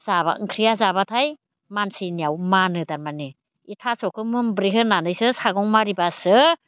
जाबा ओंख्रिया जाबाथाय मानसिनियाव मानो तारमाने बे थास'खौ मोनब्रे होनानैसो सागं मारिबासो